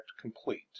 complete